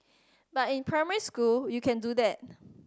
but in primary school you can do that